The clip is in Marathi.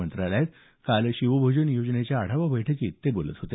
मंत्रालयात काल शिवभोजन योजनेच्या आढावा बैठकीत ते बोलत होते